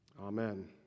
Amen